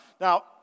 Now